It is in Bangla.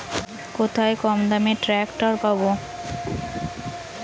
কোথায় কমদামে ট্রাকটার পাব?